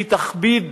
היא תכביד